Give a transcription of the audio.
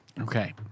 Okay